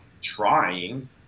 trying